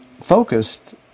focused